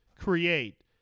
create